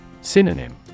Synonym